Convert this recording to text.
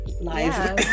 live